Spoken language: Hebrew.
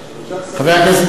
חבר הכנסת בר-און,